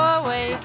away